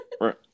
right